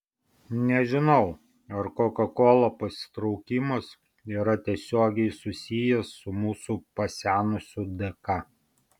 nežinau ar koka kola pasitraukimas yra tiesiogiai susijęs su mūsų pasenusiu dk